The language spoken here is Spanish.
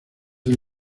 del